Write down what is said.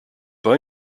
pas